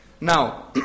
Now